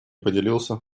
поделился